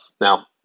Now